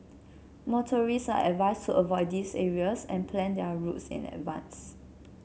motorists are advised to avoid these areas and plan their routes in advance